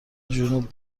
جنوب